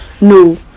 No